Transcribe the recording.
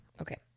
Okay